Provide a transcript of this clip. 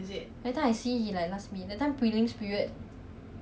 I don't know lah but just his personal